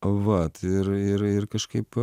vat ir ir ir kažkaip